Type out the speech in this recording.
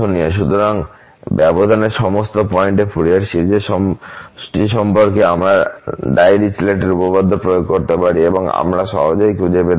সুতরাং ব্যবধানের সমস্ত পয়েন্টে ফুরিয়ার সিরিজের সমষ্টি সম্পর্কে আমরা ডাইরিচলেট উপপাদ্য প্রয়োগ করতে পারি এবং আমরা সহজেই খুঁজে পেতে পারি